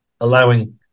allowing